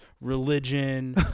Religion